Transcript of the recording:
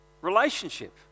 relationship